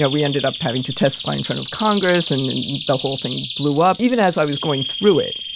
ah we ended up having to testify in front of congress, and the whole thing blew up, even as i was going through it,